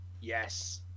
Yes